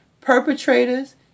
Perpetrators